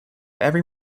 every